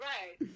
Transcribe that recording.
Right